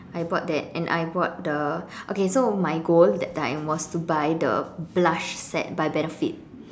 I bought that and I bought the okay so my goal that time was to buy the blush set by benefit